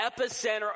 epicenter